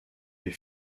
des